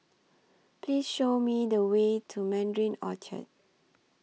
Please Show Me The Way to Mandarin Orchard